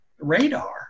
radar